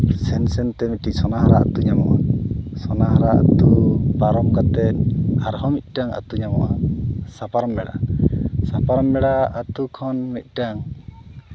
ᱥᱮᱱ ᱥᱮᱱᱛᱮ ᱢᱤᱫᱴᱮᱱ ᱥᱳᱱᱟᱦᱟᱨᱟ ᱟᱹᱛᱩ ᱧᱟᱢᱚᱜᱼᱟ ᱥᱳᱱᱟᱦᱟᱨᱟ ᱟᱹᱛᱩ ᱯᱟᱨᱚᱢ ᱠᱟᱛᱮᱫ ᱟᱨᱦᱚᱸ ᱢᱤᱫᱴᱟᱱ ᱟᱹᱛᱩ ᱧᱟᱢᱚᱜᱼᱟ ᱥᱟᱯᱟᱨᱚᱢ ᱵᱮᱲᱟ ᱥᱟᱯᱟᱨᱚᱢ ᱵᱮᱲᱟ ᱟᱹᱛᱩ ᱠᱷᱚᱱ ᱢᱤᱫᱴᱟᱹᱱ